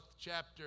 chapter